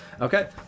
Okay